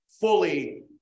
fully